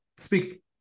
speak